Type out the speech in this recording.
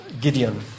Gideon